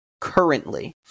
currently